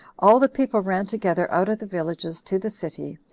all the people ran together out of the villages to the city,